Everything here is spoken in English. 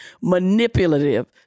manipulative